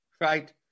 right